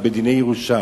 או בדיני ירושה.